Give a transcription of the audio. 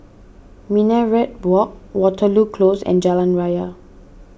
Minaret Walk Waterloo Close and Jalan Raya